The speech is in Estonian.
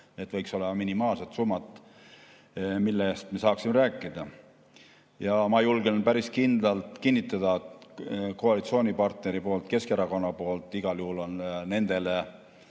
Need võiksid olla minimaalsed summad, millest me saaksime rääkida. Ma julgen päris kindlalt kinnitada, et koalitsioonipartneri poolt, Keskerakonna poolt on nendele